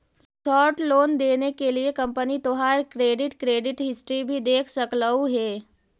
short loan देने के लिए कंपनी तोहार क्रेडिट क्रेडिट हिस्ट्री भी देख सकलउ हे